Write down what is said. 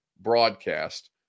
broadcast